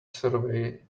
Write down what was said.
survey